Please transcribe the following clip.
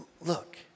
Look